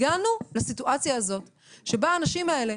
הגענו לסיטואציה הזאת שבה האנשים האלה,